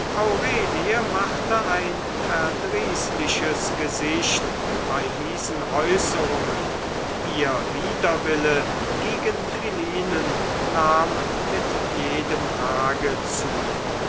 aurelie machte ein verdrießliches gesicht bei diesen äußerungen ihr widerwillen gegen philinen nahm mit jedem tage zu